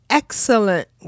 excellent